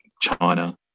China